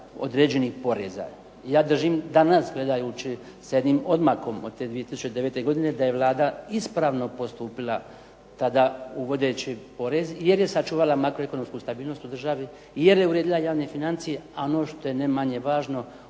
određenih poreza. Ja držim danas gledajući sa jednim odmakom od te 2009. godine da je Vlada ispravno postupila tada uvodeći porez, jer je sačuvala makroekonomsku stabilnost u državi i jer je uredila javne financije. A ono što je ne manje važno